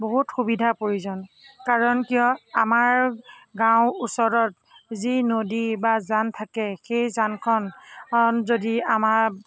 বহুত সুবিধাৰ প্ৰয়োজন কাৰণ কিয় আমাৰ গাঁৱৰ ওচৰত যি নদী বা জান থাকে সেই জানখন যদি আমাৰ